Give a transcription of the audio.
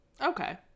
Okay